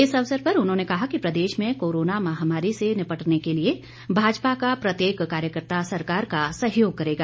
इस अवसर पर उन्होंने कहा प्रदेश में कोरोना महामारी से निपटने के लिए भाजपा का प्रत्येक कार्यकर्ता सरकार का सहयोग करेगा